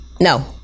No